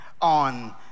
on